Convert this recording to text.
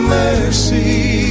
mercy